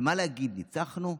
ומה להגיד, ניצחנו?